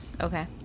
Okay